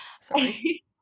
Sorry